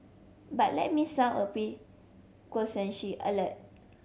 but let me sound a alert